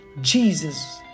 Jesus